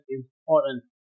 important